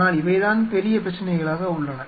ஆனால் இவைதான் பெரிய பிரச்சனைகளாக உள்ளன